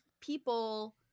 people